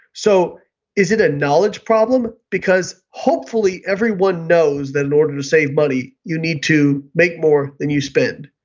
so is it a knowledge problem? because hopefully everyone knows that in order to save money you need to make more than you spend.